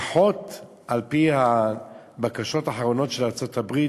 לפחות על-פי הבקשות האחרונות של ארצות-הברית